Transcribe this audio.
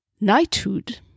knighthood